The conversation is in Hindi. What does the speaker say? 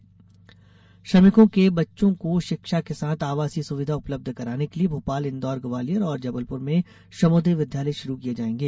श्रमोदय विद्यालय श्रमिकों के बच्चों को शिक्षा के साथ आवासीय सुविधा उपलब्ध कराने के लिये भोपाल इंदौर ग्वालियर और जबलपुर में श्रमोदय विद्यालय शुरू किये जायेंगे